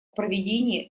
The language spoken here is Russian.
проведении